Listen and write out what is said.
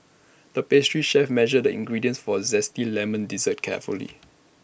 the pastry chef measured the ingredients for A Zesty Lemon Dessert carefully